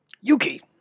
Yuki